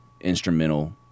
instrumental